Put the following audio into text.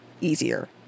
easier